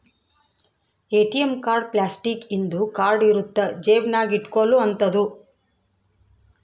ATM card plastic ಇಂದು card ಇರುತ್ತ ಜೇಬ ನಾಗ ಇಟ್ಕೊಲೊ ಅಂತದು